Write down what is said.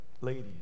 ladies